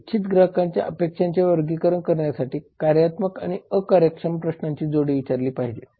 इच्छित ग्राहकांच्या अपेक्षांचे वर्गीकरण करण्यासाठी कार्यात्मक आणि अकार्यक्षम प्रश्नांची जोडी विचारली पाहिजे